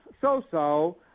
So-so